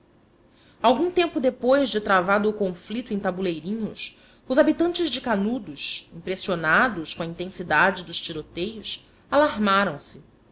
algum tempo depois de travado o conflito em tabuleirinhos os habitantes de canudos impressionados com a intensidade dos tiroteios